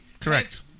Correct